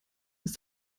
ist